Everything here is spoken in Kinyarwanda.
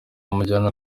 bamujyana